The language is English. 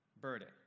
Burden